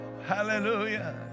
Hallelujah